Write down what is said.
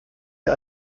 ihr